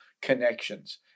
connections